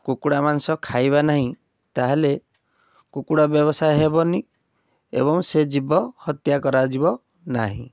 କୁକୁଡ଼ା ମାଂସ ଖାଇବା ନାହିଁ ତାହେଲେ କୁକୁଡ଼ା ବ୍ୟବସାୟ ହେବନି ଏବଂ ସେ ଯିବ ହତ୍ୟା କରାଯିବ ନାହିଁ